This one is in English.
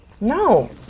No